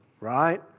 right